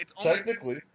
technically